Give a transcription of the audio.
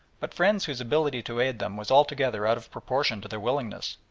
but friends whose ability to aid them was altogether out of proportion to their willingness,